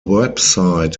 website